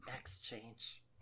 exchange